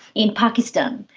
in pakistan.